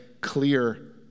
clear